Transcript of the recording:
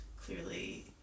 Clearly